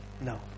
No